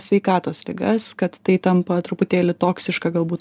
sveikatos ligas kad tai tampa truputėlį toksiška galbūt